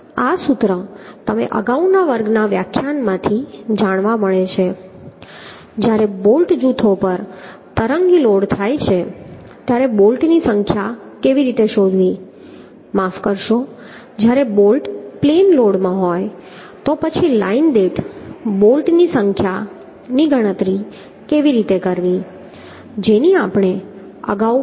આ સૂત્ર તમને અગાઉના વર્ગના વ્યાખ્યાનમાંથી જાણવા મળે છે જ્યારે બોલ્ટ જૂથો પર તરંગી લોડ થાય છે ત્યારે બોલ્ટની સંખ્યા કેવી રીતે શોધવી માફ કરશો જ્યારે બોલ્ટ પ્લેન લોડમાં હોય તો પછી લાઇન દીઠ બોલ્ટની સંખ્યાની ગણતરી કેવી રીતે કરવી જેની આપણે અગાઉ પણ ચર્ચા કરી છે